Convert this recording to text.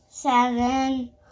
Seven